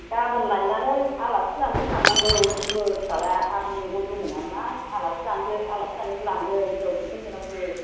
गाबोन लायनानै आलासि जानोसो थांनांगौ समफोर फिसाज्लाया आथमंग'ल दङ नालाय आलासि जानोसो आलासि जानायावसो लांगोन बिहाव बिखुनजोनावसो